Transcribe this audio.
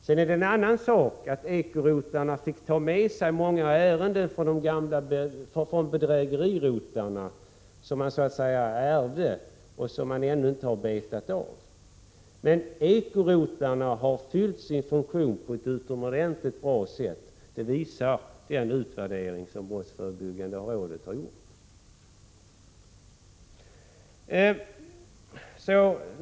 Sedan är det en annan sak att ekorotlarna fick ta med sig många ärenden från bedrägerirotlarna — som de så att säga ärvde — och som de ännu inte har betat av. Men ekorotlarna har fyllt sin funktion på ett utomordentligt bra sätt. Det visar den utvärdering som brottsförebyggande rådet har gjort.